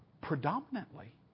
Predominantly